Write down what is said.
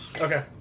Okay